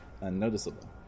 unnoticeable